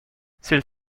celle